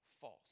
false